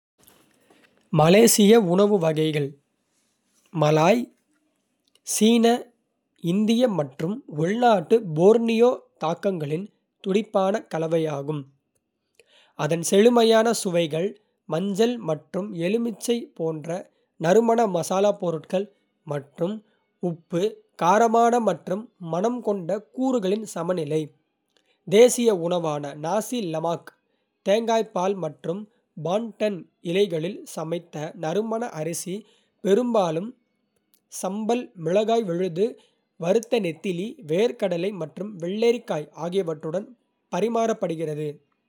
மலேசிய உணவு வகைகள் மலாய், சீன, இந்திய மற்றும் உள்நாட்டு போர்னியோ தாக்கங்களின் துடிப்பான கலவையாகும், அதன் செழுமையான சுவைகள். மஞ்சள் மற்றும் எலுமிச்சை போன்ற நறுமண மசாலாப் பொருட்கள் மற்றும் உப்பு, காரமான மற்றும் மணம் கொண்ட கூறுகளின் சமநிலை; தேசிய உணவான "நாசி லெமாக். தேங்காய் பால் மற்றும் பாண்டன் இலைகளில் சமைத்த நறுமண அரிசி, பெரும்பாலும் சம்பல் மிளகாய் விழுது, வறுத்த நெத்திலி, வேர்க்கடலை மற்றும் வெள்ளரிக்காய் ஆகியவற்றுடன் பரிமாறப்படுகிறது;